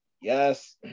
Yes